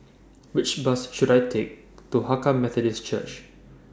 Which Bus should I Take to Hakka Methodist Church